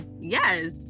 yes